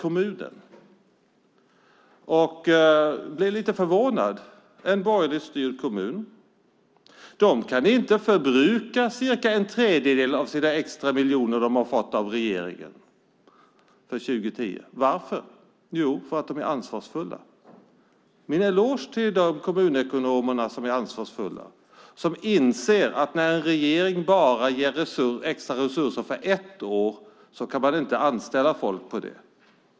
Det är en borgerligt styrd kommun. Jag blev lite förvånad. De kan inte förbruka cirka en tredjedel av de extra miljoner de har fått av regeringen för 2010. Varför? För att de är ansvarsfulla. Min eloge till de kommunekonomer som är ansvarsfulla och inser att man inte kan anställa folk när regeringen ger extra resurser för bara ett år.